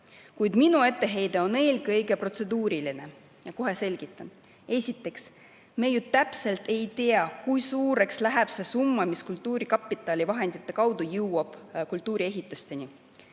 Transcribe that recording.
Kuid minu etteheide on eelkõige protseduuriline. Kohe selgitan. Esiteks, me ju täpselt ei tea, kui suureks läheb see summa, mis kultuurkapitali vahendite näol jõuab kultuuriehitisteni.